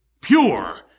pure